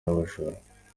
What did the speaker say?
n’ubujura